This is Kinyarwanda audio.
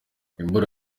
imvura